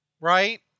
Right